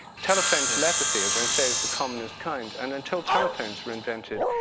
telephone telepathy, as i say, is the commonest kind. and until telephones were invented,